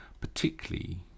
particularly